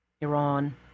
Iran